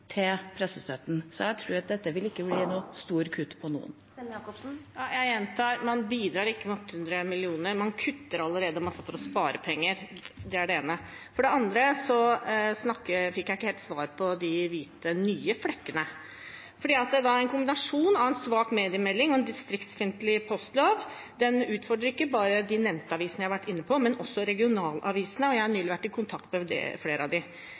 til pressestøtten. Jeg tror at dette ikke vil være noe stort kutt for noen. Det blir oppfølgingsspørsmål – først Åslaug Sem-Jacobsen. Jeg gjentar: Man bidrar ikke med 800 mill. kr, man kutter allerede masse for å spare penger. Det er det ene. For det andre fikk jeg ikke helt svar på de nye «hvite flekkene», for kombinasjonen av en svak mediemelding og en distriktsfiendtlig postlov utfordrer ikke bare de nevnte avisene jeg var inne på, men også regionavisene. Jeg har nylig vært i kontakt med flere av